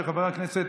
של חבר הכנסת